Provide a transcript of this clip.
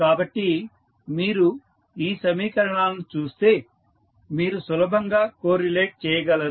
కాబట్టి మీరు ఈ సమీకరణాలను చూస్తే మీరు సులభంగా కోరిలేట్ చేయగలరు